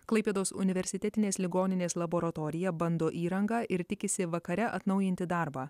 klaipėdos universitetinės ligoninės laboratorija bando įrangą ir tikisi vakare atnaujinti darbą